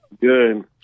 Good